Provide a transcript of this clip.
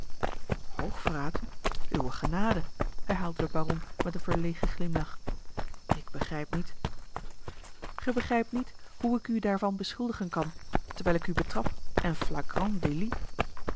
uwe genade herhaalde de baron met een verlegen glimlach ik begrijp niet gij begrijpt niet hoe ik u daarvan beschuldigen kan terwijl ik u betrap en